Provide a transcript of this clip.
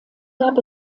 gab